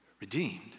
redeemed